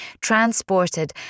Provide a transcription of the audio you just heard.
transported